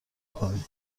کنی